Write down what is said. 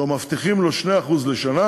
שמבטיחים לו 2% לשנה,